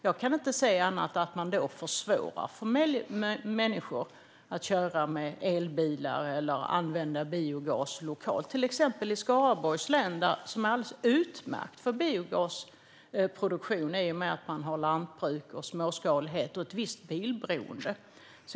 Jag kan inte se annat än att man då försvårar för människor att köra med elbilar eller använda biogas lokalt. Det gäller till exempel i Skaraborgs län där det är alldeles utmärkt för biogasproduktion i och med att man har lantbruk, småskalighet och ett visst bilberoende.